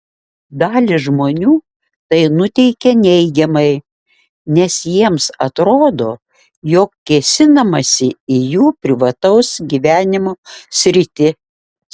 dalį žmonių tai nuteikia neigiamai nes jiems atrodo jog kėsinamasi į jų privataus gyvenimo sritį